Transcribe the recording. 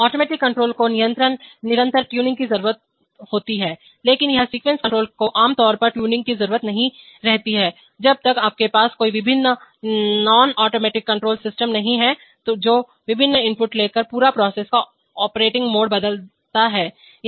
तो automatic controller को निरंतर ट्यूनिंग की जरूरत होती है लेकिन यह सीक्वेंस कंट्रोलर को आमतौर पर ट्यूनिंग की जरूरत नहीं रहती है जब तक आपके पास कोई विभिन्न ना ऑटोमेटिक कंट्रोल सिस्टम नहीं है जो विभिन्न इनपुट लेकर पूरा प्रोसेस का ऑपरेटिंग मोड बदलता है